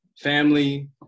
family